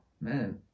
Man